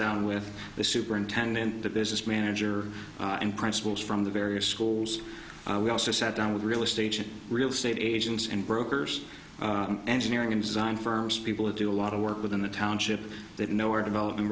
down with the superintendent that this is manager and principals from the various schools we also sat down with real estate agent real estate agents and brokers engineering and design firms people who do a lot of work within the township that know are developing